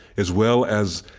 as well as